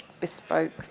bespoke